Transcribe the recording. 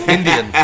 Indian